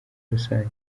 rusange